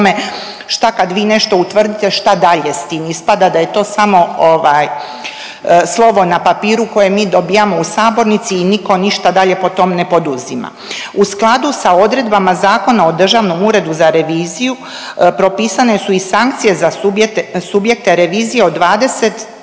šta kad vi nešto utvrdite šta dalje s tim. Ispada da je to samo slovo na papiru koje mi dobijamo u sabornici i niko ništa dalje po tom ne poduzima. U skladu sa odredbama Zakona o Državnom uredu za reviziju propisane su i sankcije za subjekte revizije od 20.000